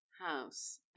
House